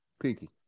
Pinky